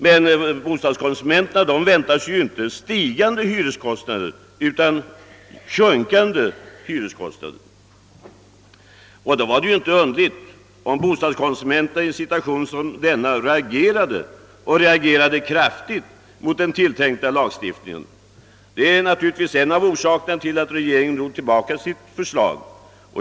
Men bostadskonsumenterna väntar sig ju inte stigande utan sjunkande hyreskostnader, och därför var det inte underligt att bostadskonsumenterna reagerade — och reagerade kraftigt — mot den tilltänkta lagstiftningen. Denna reaktion är naturligtvis en av orsakerna till att regeringen drog tillbaka sitt förslag.